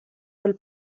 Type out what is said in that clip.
del